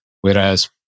Whereas